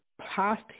past